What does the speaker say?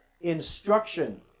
instruction